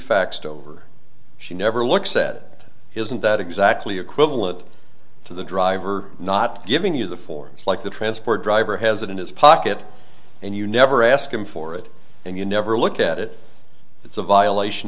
faxed over she never look said isn't that exactly equivalent to the driver not giving you the forms like the transport driver has it in his pocket and you never ask him for it and you never look at it it's a violation